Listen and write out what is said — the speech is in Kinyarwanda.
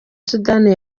sudani